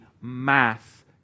mass